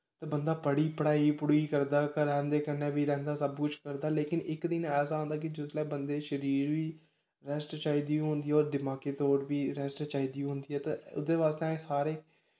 बंदा बड़ी पढ़ाई पढ़ुई करदा घरै आह्लें कन्नै बी रैंह्दा सब कुछ करदा लेकिन इक दिन ऐसा आंदा कि जिसलै बंदे गी शरीर बी रैस्ट चाहिदी होंदी होर दमाकी तौर पर बी रैस्ट चाहिदी होंदी ऐ ते ओह्दे बास्तै असें सारे